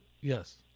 yes